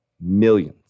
Millions